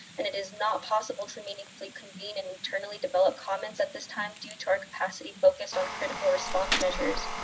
and it is not possible to meaningfully convene and internally develop comments at this time due to our capacity focused on critical response measures.